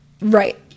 right